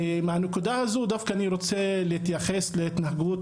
מהנקודה הזאת דווקא אני רוצה להתייחס להתנהגות